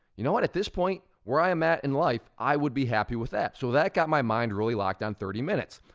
you know what, at this point, where i am at in life, i would be happy with that. so that got my mind really locked on thirty minutes.